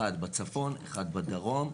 אחת בצפון, אחת בדרום.